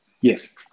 Yes